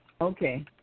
Okay